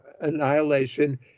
annihilation